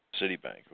Citibank